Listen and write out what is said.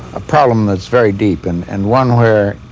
a problem that's very deep and and one where